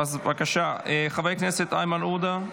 אז, בבקשה, חבר הכנסת איימן עודה?